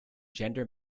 gender